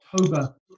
October